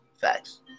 Facts